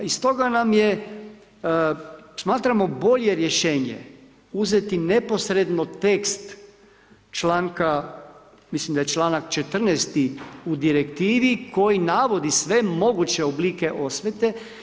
I stoga nam je, smatramo bolje rješenje uzeti neposredno tekst članka, mislim da je članak 14.-ti u direktivi koji navodi sve moguće oblike osvete.